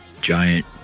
giant